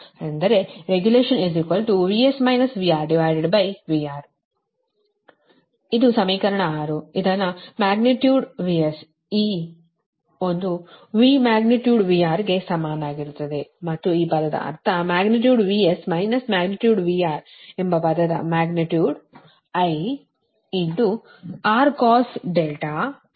regulationVS VRVR ಇದು ಸಮೀಕರಣ 6 ಇದು ಮ್ಯಾಗ್ನಿಟ್ಯೂಡ್ VS ಈ ಒಂದು V ಮ್ಯಾಗ್ನಿಟ್ಯೂಡ್ VR ಗೆ ಸಮಾನವಾಗಿರುತ್ತದೆ ಮತ್ತು ಈ ಪದದ ಅರ್ಥ magnitude VS minus magnitude VR ಎಂಬ ಪದದ ಮ್ಯಾಗ್ನಿಟ್ಯೂಡ್ IRcos δXsin δ ಗೆ ಸಮಾನವಾಗಿರುತ್ತದೆ